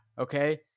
okay